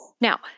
Now